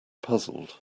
puzzled